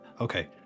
Okay